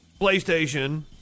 PlayStation